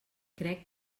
crec